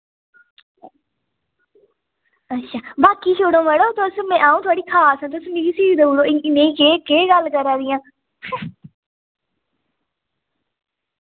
अच्छा बाकि छोड़ो मड़ो तुस अऊं थुआढ़ी खास तुस मिगी सी देऊड़ो इ'न्नी के केह् गल्ल करा दि'यां